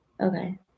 okay